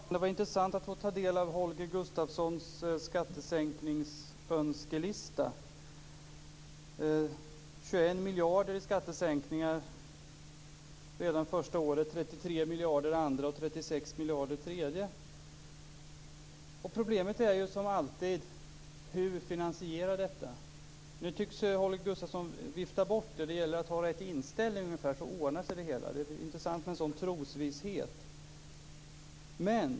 Fru talman! Det var intressant att få ta del av Holger Gustafssons skattesänkningsönskelista. Det var 21 miljarder andra året och 36 miljarder tredje året. Problemet är, som alltid, hur detta skall finansieras. Nu tycks Holger Gustafsson vifta bort detta med att det gäller att ha rätt inställning så ordnar sig det hela. Det är intressant med en sådan trosvisshet.